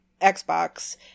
Xbox